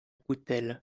coutelle